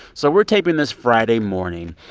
so we're taping this friday morning.